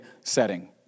setting